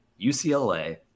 UCLA